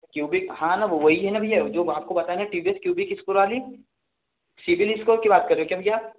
cubic हाँ ना वो वही है ना भैया जो आपको बता रहे है ना T V S iQube वाली सिबिल स्कोर की बात कर रहे क्या भैया